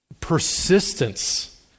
persistence